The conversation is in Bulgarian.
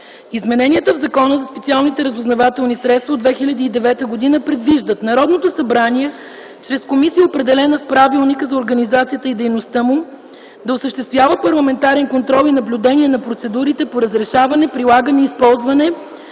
Измененията в Закона за специалните разузнавателни средства от 2009 г. предвиждат Народното събрание чрез комисия, определена с правилника за организацията и дейността му, осъществява парламентарен контрол и наблюдение на процедурите по разрешаване, прилагане и използване